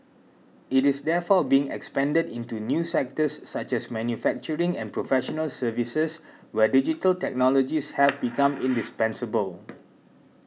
it is therefore being expanded into new sectors such as manufacturing and professional services where digital technologies have become indispensable